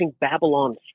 Babylon